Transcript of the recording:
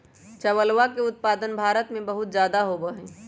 चावलवा के उत्पादन भारत में बहुत जादा में होबा हई